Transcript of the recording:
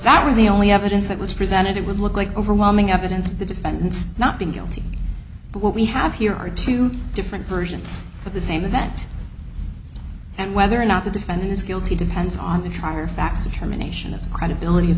that were the only evidence that was presented it would look like overwhelming evidence the defendants not being guilty but what we have here are two different versions of the same event and whether or not the defendant is guilty depends on the trier facts accommodationist credibility